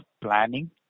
planning